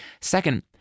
Second